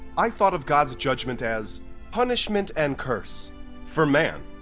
i thought of god's judgment as punishment and curse for man.